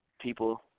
people